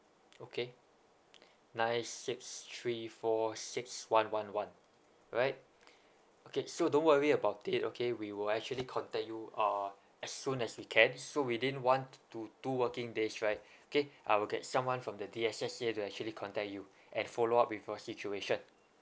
okay nine six three four six one one one right okay so don't worry about it okay we will actually contact you uh as soon as we can so within one t~ to two working days right okay I'll get someone from the D_S_S_A to actually contact you and follow up with your situation